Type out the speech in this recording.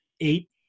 eight